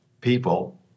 people